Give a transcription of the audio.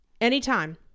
Anytime